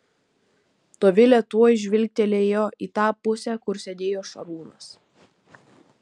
dovilė tuoj žvilgtelėjo į tą pusę kur sėdėjo šarūnas